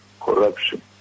corruption